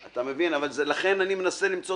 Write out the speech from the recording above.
עכשיו אומר לי גיורא שחם ובאמת, אני מעריך אותו